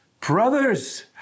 brothers